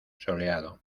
soleado